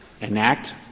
enact